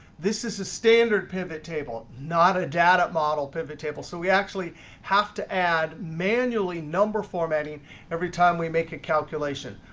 this is a standard pivot table, not a data model pivot table. so we actually have to add manually number formatting every time we make a calculation.